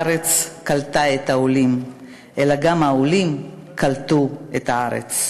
הארץ קלטה את העולים אלא גם העולים קלטו את הארץ.